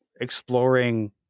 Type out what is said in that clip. exploring